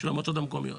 של המועצות המקומיות.